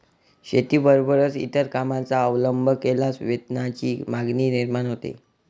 शेतीबरोबरच इतर कामांचा अवलंब केल्यास वेतनाची मागणी निर्माण होते